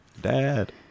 dad